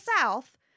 South